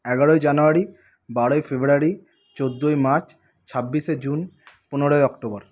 এগারোই জানুয়ারি বারোই ফেব্রুয়ারি চোদ্দোই মার্চ ছাব্বিশে জুন পনেরোই অক্টোবর